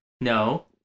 No